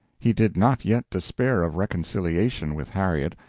he did not yet despair of reconciliation with harriet,